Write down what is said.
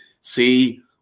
see